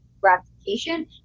gratification